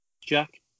Jack